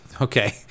okay